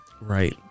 right